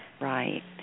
Right